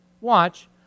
watch